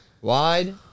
Wide